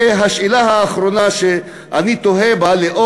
והשאלה האחרונה שאני תוהה לגביה,